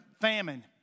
famine